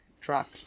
truck